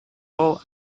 all